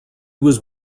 was